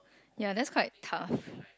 ya that's quite tough